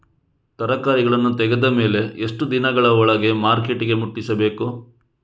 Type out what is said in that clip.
ತರಕಾರಿಗಳನ್ನು ತೆಗೆದ ಮೇಲೆ ಎಷ್ಟು ದಿನಗಳ ಒಳಗೆ ಮಾರ್ಕೆಟಿಗೆ ಮುಟ್ಟಿಸಬೇಕು?